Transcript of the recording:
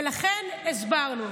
ולכן הסברנו.